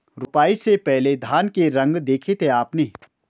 रोपाई से पहले धान के रंग देखे थे आपने?